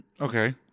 Okay